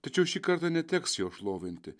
tačiau šį kartą neteks jo šlovinti